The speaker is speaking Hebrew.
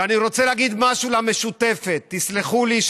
ואני רוצה להגיד משהו למשותפת: תסלחו לי,